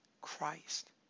Christ